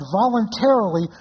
voluntarily